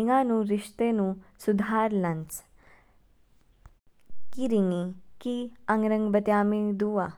निंगा नु रिश्ते नु सुधार लांच, की रिंगी की आंग रंग बत्यमिग दू आ।